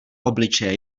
obličeje